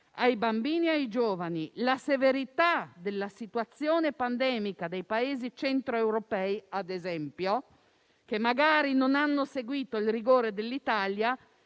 ai bambini e ai giovani. La severità della situazione pandemica dei Paesi centro-europei, ad esempio, che magari non hanno seguito il rigore dell'Italia,